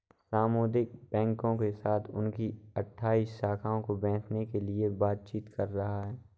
सामुदायिक बैंकों के साथ उनकी अठ्ठाइस शाखाओं को बेचने के लिए बातचीत कर रहा है